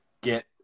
get